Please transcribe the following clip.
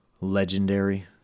legendary